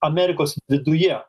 amerikos viduje